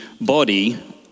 body